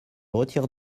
retire